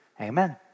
amen